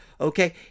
okay